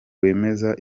wemeza